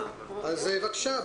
בבקשה.